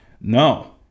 no